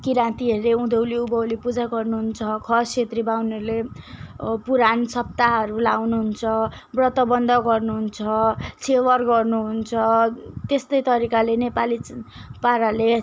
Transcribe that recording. किराँतीहरूले उँधौली उँभौली पूजा गर्नुहुन्छ खस छेत्री बाहुनहरूले पुराण सप्ताहहरू लगाउनुहुन्छ व्रतबन्ध गर्नुहुन्छ छेवर गर्नुहुन्छ त्यस्तै तरिकाले नेपाली पाराले